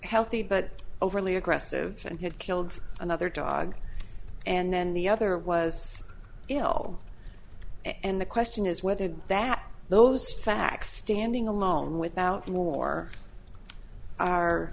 healthy but overly aggressive and had killed another dog and then the other was ill and the question is whether that those facts standing alone without more are